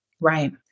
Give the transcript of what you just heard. Right